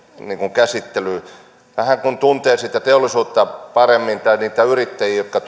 käsittelyyn vähän kun tuntee sitä teollisuutta paremmin tai niitä yrittäjiä jotka